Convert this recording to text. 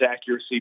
accuracy